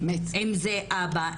אם זה אבא,